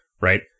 right